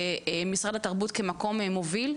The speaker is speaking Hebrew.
משרד התרבות כמקום מוביל.